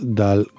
dal